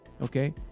okay